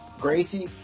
Gracie